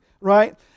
right